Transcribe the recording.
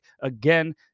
again